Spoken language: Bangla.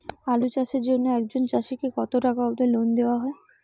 আলু চাষের জন্য একজন চাষীক কতো টাকা অব্দি লোন দেওয়া হয়?